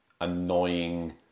annoying